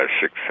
six